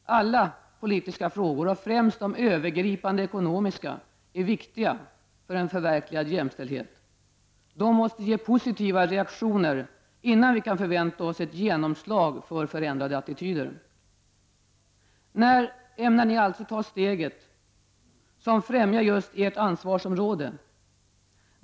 Alla politiska frågor, och främst de övergripande ekonomiska frågorna, är viktiga för förverkligandet av jämställdheten. De måste ge positiva reaktioner, innan vi kan förvänta oss ett genomslag för förändrade attityder. När ämnar ni alltså ta det steg som främjar just ert ansvarsområde?